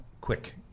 quick